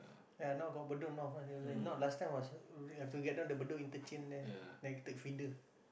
ya now got Bedok North ah if not last time was we have to get down Bedok interchange there then take feeder